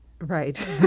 Right